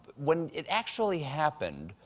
when it actually happened,